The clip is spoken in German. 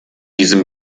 diesem